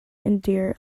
endure